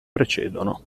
precedono